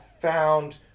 found